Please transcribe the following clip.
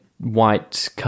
white